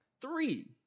Three